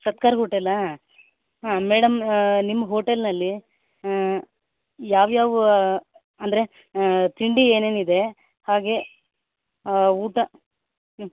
ಸತ್ಕಾರ್ ಹೋಟೇಲ್ಲಾ ಹಾಂ ಮೇಡಮ್ ನಿಮ್ಮ ಹೋಟೆಲಿನಲ್ಲಿ ಯಾವ್ಯಾವ ಅಂದರೆ ತಿಂಡಿ ಏನೇನು ಇದೆ ಹಾಗೇ ಊಟ ಹ್ಞ್